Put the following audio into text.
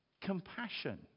compassion